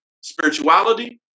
spirituality